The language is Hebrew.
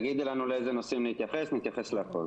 תגידי לנו לאיזה נושאים נתייחס, נתייחס לכול.